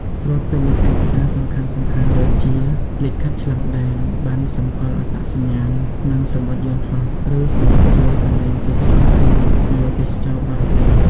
គោរពច្បាប់ និងទំនៀមទម្លាប់ក្នុងតំបន់ រួមមានការគោរពវប្បធម៌ និងបរិស្ថាន ដើម្បីរក្សាសុវត្ថិភាព និងភាពរីករាយទាំងអ្នកដំណើរ និងសហគមន៍។